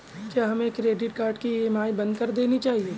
क्या हमें credit card की ई.एम.आई बंद कर देनी चाहिए?